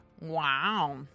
Wow